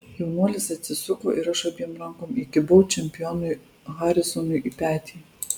jaunuolis atsisuko ir aš abiem rankom įkibau čempionui harisonui į petį